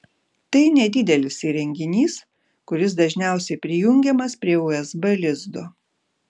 tai nedidelis įrenginys kuris dažniausiai prijungiamas prie usb lizdo